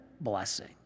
blessing